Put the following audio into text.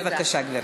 בבקשה, גברתי.